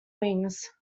wings